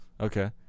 Okay